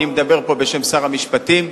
אני מדבר פה בשם שר המשפטים,